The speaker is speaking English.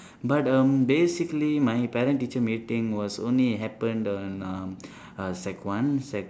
but um basically my parent teacher meeting was only happened in um uh sec one sec